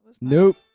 Nope